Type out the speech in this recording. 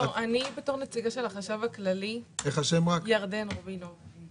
אני כנציגה של החשב הכללי אומרת שהסכם